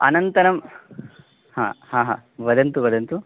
अनन्तरं हा हा हा वदन्तु वदन्तु